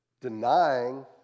denying